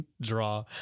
draw